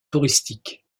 touristique